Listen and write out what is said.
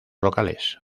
locales